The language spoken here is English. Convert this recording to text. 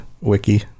wiki